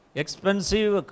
expensive